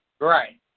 Right